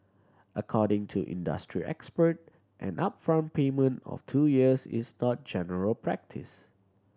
according to industry expert an upfront payment of two years is not general practice